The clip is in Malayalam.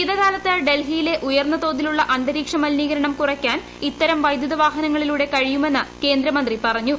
ശീതകാലത്ത് ഡൽഹിയിലെ ഉയർന്ന തോതിലുള്ള അന്തരീക്ഷ മലിനീകരണം കുറയ്ക്കാൻ ഇത്തരം വൈദ്യുത വാഹനങ്ങളിലൂടെ കഴിയുമെന്ന് കേന്ദ്ര മന്ത്രി പറഞ്ഞു